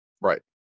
Right